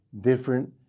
different